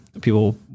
people